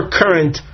current